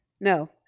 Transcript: No